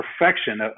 perfection